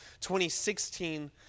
2016